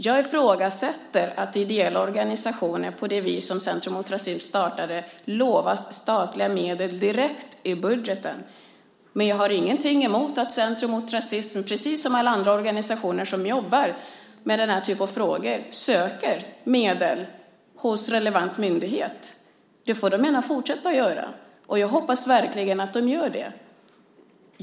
Jag ifrågasätter att ideella organisationer på det sätt som Centrum mot rasism startade lovas statliga medel direkt i budgeten. Jag har ingenting emot att Centrum mot rasism, precis som alla andra organisationer som jobbar med den här typen av frågor, söker medel hos relevant myndighet. Det får de gärna fortsätta att göra. Jag hoppas verkligen att de gör det.